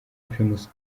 primus